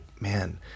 man